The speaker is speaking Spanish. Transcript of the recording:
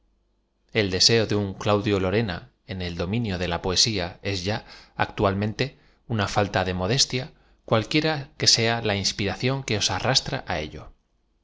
l deseo de un claudio lorena en e l dominio de la poesía ee ya actualmente una falta de modestia cualquiera que sea la inspiración que os arrastra á ello